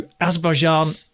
Azerbaijan